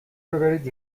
ببرید